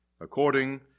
according